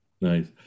Nice